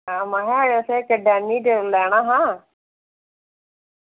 में आक्खां असें इक्क डाइनिंग टेबल लैना हा